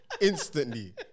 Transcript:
instantly